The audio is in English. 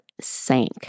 sank